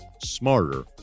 smarter